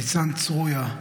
ניצן צרויה,